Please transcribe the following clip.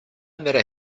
matter